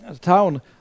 town